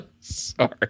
Sorry